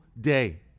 day